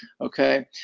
okay